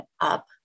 up